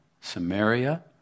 Samaria